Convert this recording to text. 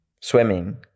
swimming